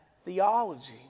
theology